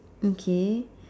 okay